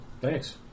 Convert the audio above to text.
Thanks